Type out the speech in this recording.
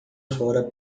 fora